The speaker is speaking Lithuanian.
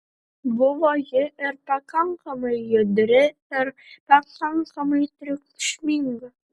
buvo ji ir pakankamai judri ir pakankamai triukšminga